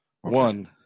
One